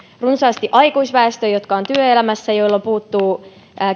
runsaasti aikuisväestöä joka on työelämässä ja jolta puuttuu